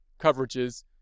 coverages